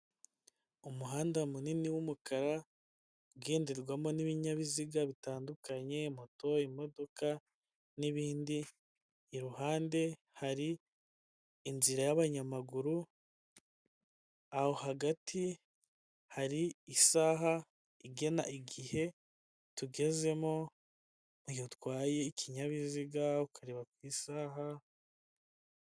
Umuhanda munini w'umukara ugenderwamo n'ibinyabiziga bitandukanye moto, imodoka n'ibindi, iruhande hari inzira y'abanyamaguru, aho hagati hari isaha igena igihe tugezemo, iyo utwaye ikinyabiziga ukareba ku isaha.